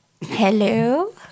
hello